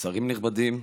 שרים נכבדים,